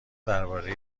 درباره